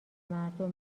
مردم